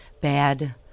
bad